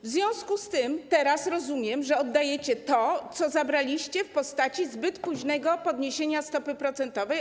W związku z tym teraz, jak rozumiem, oddajecie to, co zabraliście w postaci zbyt późnego podniesienia stopy procentowej.